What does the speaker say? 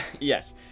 Yes